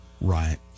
Right